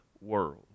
world